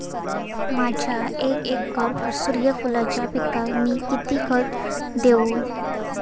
माझ्या एक एकर सूर्यफुलाच्या पिकाक मी किती खत देवू?